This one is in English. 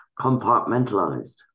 compartmentalized